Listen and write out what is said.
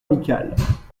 amicales